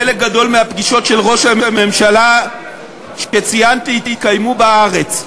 חלק גדול מהפגישות של ראש הממשלה שציינתי התקיימו בארץ,